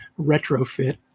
retrofit